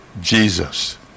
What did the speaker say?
jesus